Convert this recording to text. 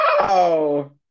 Wow